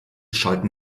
schalten